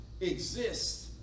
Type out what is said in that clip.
exist